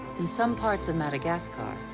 in some parts of madagascar,